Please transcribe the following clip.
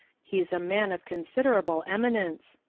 he's a man of considerable eminence,